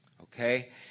Okay